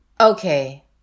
Okay